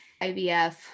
IVF